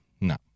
No